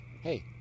hey